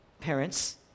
parents